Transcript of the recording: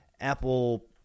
Apple